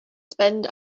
spend